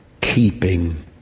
keeping